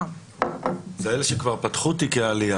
זה אלו שכבר פתחו תיקי עלייה,